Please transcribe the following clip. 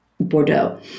Bordeaux